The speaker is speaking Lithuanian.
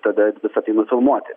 tada visa tai nufilmuoti